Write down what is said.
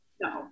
No